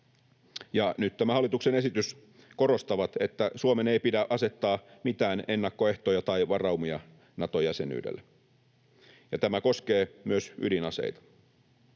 nyt tämä hallituksen esitys korostavat, että Suomen ei pidä asettaa mitään ennakkoehtoja tai varaumia Nato-jäsenyydelle, ja tämä koskee myös ydinaseita.